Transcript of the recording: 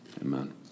amen